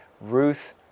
Ruth